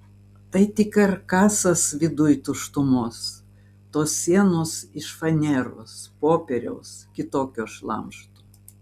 tai tik karkasas viduj tuštumos tos sienos iš faneros popieriaus kitokio šlamšto